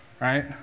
right